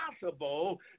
possible